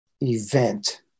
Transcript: event